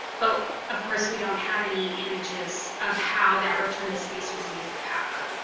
but of course we don't have any images of how that rotunda space was used a path. ah